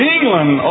England